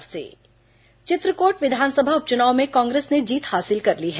चित्रकोट उप चुनाव चित्रकोट विधानसभा उप चुनाव में कांग्रेस ने जीत हासिल कर ली है